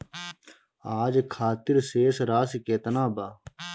आज खातिर शेष राशि केतना बा?